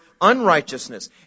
unrighteousness